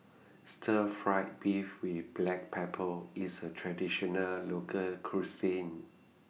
Stir Fried Beef with Black Pepper IS A Traditional Local Cuisine